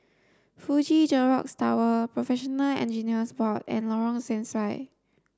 Fuji Xerox Tower Professional Engineers Board and Lorong Sesuai